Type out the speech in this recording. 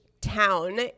town